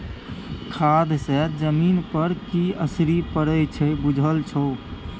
खाद सँ जमीन पर की असरि पड़य छै बुझल छौ